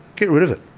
get rid of it.